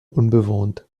unbewohnt